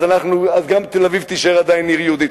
אז גם תל-אביב תישאר עדיין עיר יהודית.